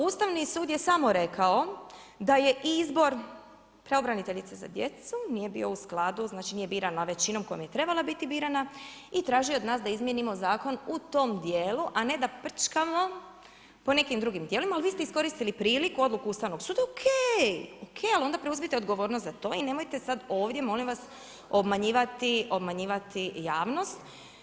Ustavni sud je samo rekao da je izbor, pravobraniteljice za djecu nije bio u skladu, znači nije birana većinom kojom je trebala biti birana i traži od nas da izmijenimo zakon u tom dijelu a ne da prčkamo po nekim drugim tijelima ali vi ste iskoristili priliku, odluku Ustavnog suda, ok, ok, ali onda preuzmite odgovornost za to i nemojte sada ovdje, molim vas, obmanjivati, obmanjivati javnost.